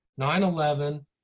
9-11